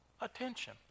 attention